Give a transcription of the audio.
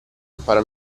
impara